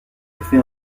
effet